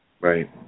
Right